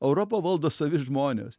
europą valdo savi žmonės